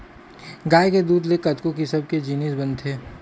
गाय के दूद ले कतको किसम के जिनिस बनथे